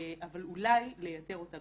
אבל אולי לייתר אותה.